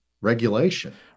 regulation